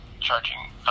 charging